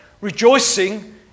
rejoicing